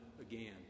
again